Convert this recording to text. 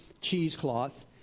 cheesecloth